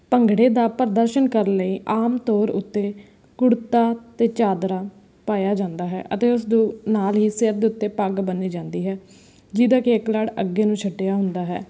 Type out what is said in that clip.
ਭੰਗੜੇ ਦਾ ਪ੍ਰਦਰਸ਼ਨ ਕਰਨ ਲਈ ਆਮ ਤੌਰ ਉੱਤੇ ਕੁੜਤਾ ਅਤੇ ਚਾਦਰਾ ਪਾਇਆ ਜਾਂਦਾ ਹੈ ਅਤੇ ਉਸ ਦੇ ਨਾਲ ਹੀ ਸਿਰ ਦੇ ਉੱਤੇ ਪੱਗ ਬੰਨ੍ਹੀ ਜਾਂਦੀ ਹੈ ਜਿਹਦਾ ਕੇ ਇੱਕ ਲੜ ਅੱਗੇ ਨੂੰ ਛੱਡਿਆ ਹੁੰਦਾ ਹੈ